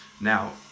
Now